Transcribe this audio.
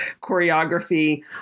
choreography